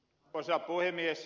arvoisa puhemies